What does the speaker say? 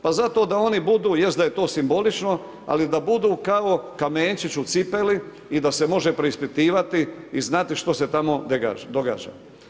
Pa zato da oni budu, jest da je to simbolično, ali da budu kao kamenčić u cipeli i da se može preispitivati i znati što se tamo događa.